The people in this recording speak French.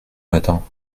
matin